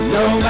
no